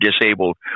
disabled